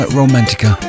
romantica